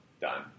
Done